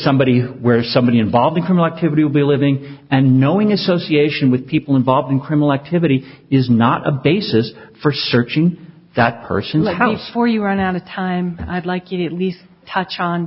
somebody where somebody involved in criminal activity will be living and knowing association with people involved in criminal activity is not a basis for searching that person my house for you run out of time and i'd like it at least touch on